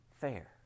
fair